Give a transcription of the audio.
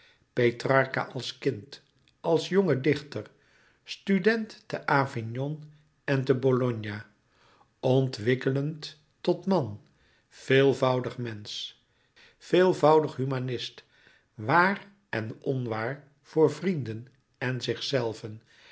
petrarca als kind als jonge dichter student te avignon en te bologna ontwikkelend tot man veelvoudig mensch veelvoudig humanist waar louis couperus metamorfoze en onwaar voor vrienden en zichzelven